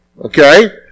Okay